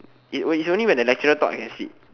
it is only when the lecturer talk then you can sleep